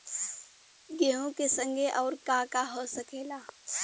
गेहूँ के संगे अउर का का हो सकेला?